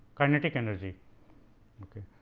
kinetic energy ok.